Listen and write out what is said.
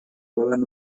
volen